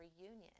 reunion